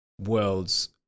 worlds